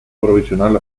provisional